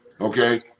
Okay